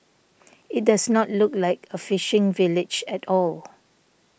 it does not look like a fishing village at all